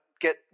get